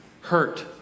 hurt